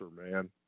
man